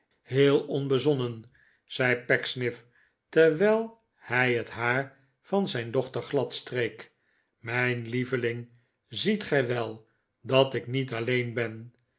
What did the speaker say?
heel onbezonnen zei pecksniff terwijl hij het haar van zijn dochter gladstreek mijn lieveling ziet gij wel dat ik niet alleen ben